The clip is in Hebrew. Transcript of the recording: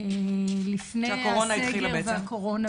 כשהקורונה התחילה בעצם.